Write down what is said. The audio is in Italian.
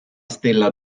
stella